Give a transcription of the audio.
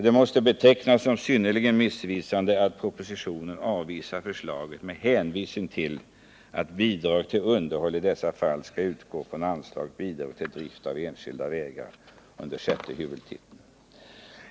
Det måste betecknas som synnerligen missvisande att propositionen avvisar förslagen med hänvisning till att bidrag till underhåll i dessa fall skall utgå från anslaget Bidrag till drift av enskilda vägar under sjätte huvudtiteln.